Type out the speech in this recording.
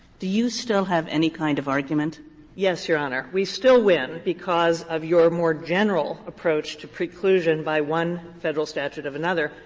do you still have any kind of argument? sullivan yes, your honor, we still win because of your more general approach to preclusion by one federal statute of another,